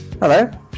Hello